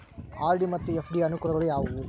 RD ಮತ್ತು FD ಯ ಅನುಕೂಲಗಳು ಯಾವವು?